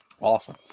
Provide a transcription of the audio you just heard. Awesome